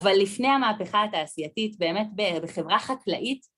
אבל לפני המהפכה התעשייתית באמת בחברה חקלאית,